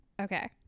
okay